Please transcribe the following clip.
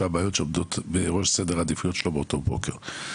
הבעיות שעומדות בראש סדר העדיפויות שלו באותו בוקר.